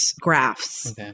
graphs